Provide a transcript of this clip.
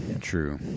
true